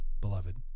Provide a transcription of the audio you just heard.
beloved